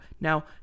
Now